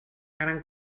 gran